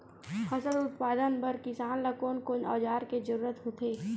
फसल उत्पादन बर किसान ला कोन कोन औजार के जरूरत होथे?